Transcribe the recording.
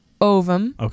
ovum